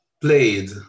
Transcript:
played